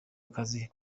akazi